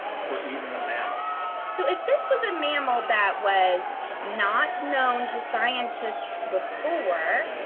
for even a mammal. so if this was a mammal that was not known to scientists before,